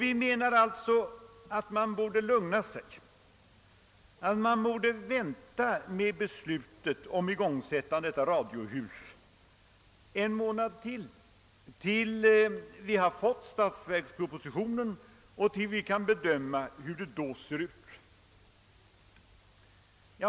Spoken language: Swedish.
Vi menar alltså att man borde lugna sig och vänta med beslutet om igångsättande av radiohusbygget en månad, tills vi fått statsverkspropositionen och med utgångspunkt därifrån kan bedöma läget.